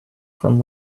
from